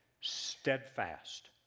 steadfast